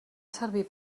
servir